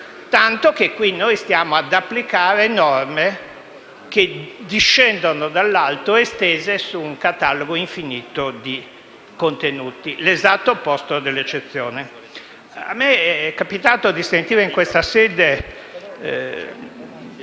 tanto che qui stiamo applicando norme che discendono dall'alto estese su un catalogo infinito di contenuti: l'esatto opposto dell'eccezione. A me è capitato di sentire in questa sede